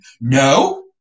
No